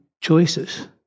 choices